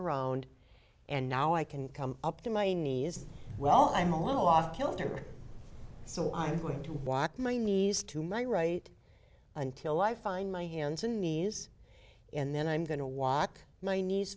around and now i can come up to my knees well i'm all off kilter so i'm going to walk my knees to my right until i find my hands and knees and then i'm going to walk my knees